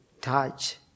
touch